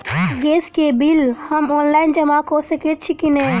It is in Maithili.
गैस केँ बिल हम ऑनलाइन जमा कऽ सकैत छी की नै?